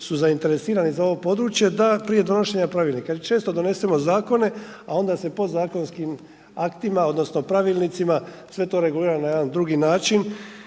su zainteresirani za ovo područje da prije donošenja pravilnika jer često donesemo zakone a onda se podzakonskim aktima, odnosno pravilnicima, sve to regulira na jedan drugi način,